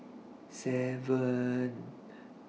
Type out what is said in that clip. seven